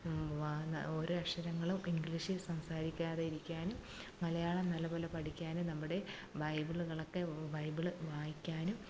ഓരോ അക്ഷരങ്ങളും ഇംഗ്ലീഷിൽ സംസാരിക്കാതെ ഇരിക്കാനും മലയാളം നല്ലപോലെ പഠിക്കാനും നമ്മടെ ബൈബിളുകളൊക്കെ ബൈബിള് വായിക്കാനും